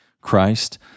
Christ